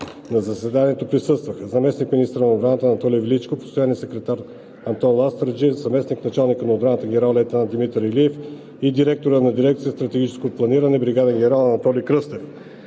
На заседанието присъстваха заместник-министърът на отбраната Анатолий Величков, постоянният секретар Антон Ластарджиев, заместник-началникът на отбраната генерал-лейтенант Димитър Илиев и директорът на дирекция „Стратегическо планиране“ бригаден генерал Анатоли Кръстев.